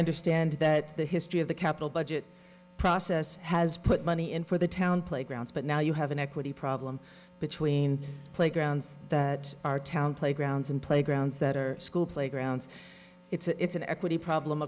understand that the history of the capital budget process has put money in for the town playgrounds but now you have an equity problem between playgrounds that are town playgrounds and playgrounds that are school playgrounds it's an equity problem